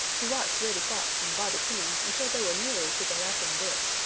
he watched reddy fox and bobby coon until they were nearly to the laughing brook.